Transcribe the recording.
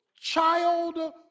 child